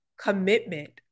commitment